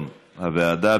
כלשון הוועדה.